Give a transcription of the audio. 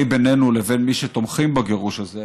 בינינו לבין מי שתומכים בגירוש הזה,